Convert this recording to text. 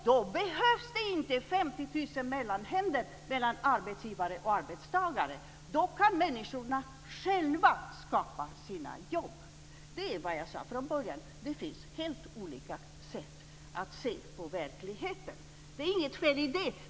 Då behövs det inte 50 000 mellanhänder mellan arbetsgivare och arbetstagare. Då kan människorna själva skapa sina jobb. Det är vad jag sade från början. Det finns helt olika sätt att se på verkligheten. Det är inget fel i det.